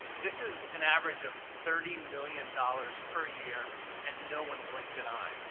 this is an average of thirty million dollars per year and no one blinked and eye.